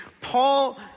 Paul